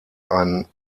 ein